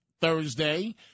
Thursday